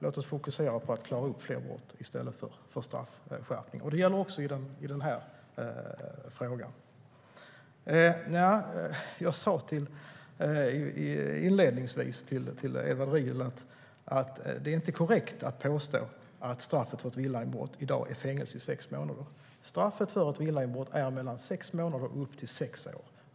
Låt oss fokusera på att klara upp fler brott i stället för på straffskärpning. Det gäller också i denna fråga. Jag sa inledningsvis till Edward Riedl att det inte är korrekt att påstå att straffet för ett villainbrott i dag är fängelse i sex månader. Straffet för ett villainbrott är från sex månader upp till sex år.